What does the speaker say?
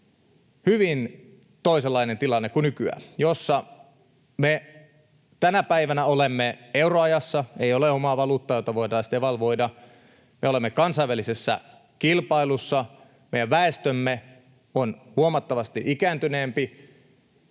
hyvin toisenlainen tilanne kuin nykyään, jossa me tänä päivänä olemme euroajassa, ei ole omaa valuuttaa, jota voitaisiin devalvoida. Me olemme kansainvälisessä kilpailussa, meidän väestömme on huomattavasti ikääntyneempi,